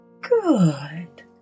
Good